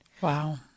Wow